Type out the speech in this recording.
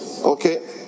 okay